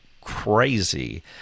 crazy